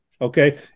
okay